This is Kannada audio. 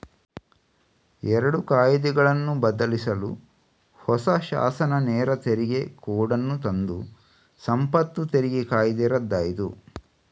ಎರಡು ಕಾಯಿದೆಗಳನ್ನು ಬದಲಿಸಲು ಹೊಸ ಶಾಸನ ನೇರ ತೆರಿಗೆ ಕೋಡ್ ಅನ್ನು ತಂದು ಸಂಪತ್ತು ತೆರಿಗೆ ಕಾಯ್ದೆ ರದ್ದಾಯ್ತು